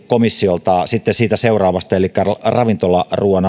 komissiolta alkuvuodesta hyväksynnän sitten siitä seuraavasta elikkä ravintolaruuan